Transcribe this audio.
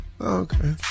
Okay